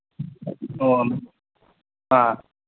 ꯑꯣ ꯑꯥ